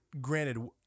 granted